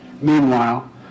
Meanwhile